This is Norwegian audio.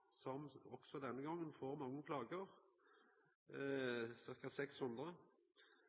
som også denne gongen får mange klager, ca. 600.